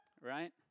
right